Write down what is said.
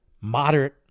moderate